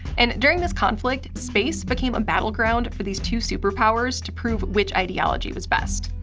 and during this conflict, space became a battleground for these two superpowers to prove which ideology was best.